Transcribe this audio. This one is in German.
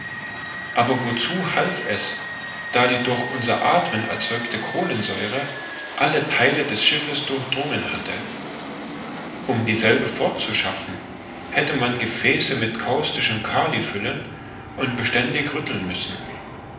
aber wozu half es da die durch unser athmen erzeugte kohlensäure alle theile des schiffes durchdrungen hatte um dieselbe fortzuschaffen hätte man gefäße mit kaustischem kali füllen und beständig rütteln müssen